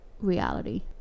reality